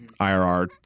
IRR